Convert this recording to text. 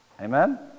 Amen